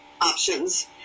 options